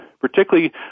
particularly